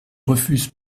refusent